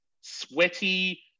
sweaty